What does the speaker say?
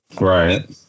right